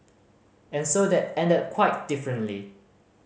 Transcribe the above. and so that ended quite differently